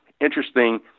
Interesting